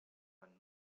man